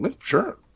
sure